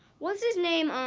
was his name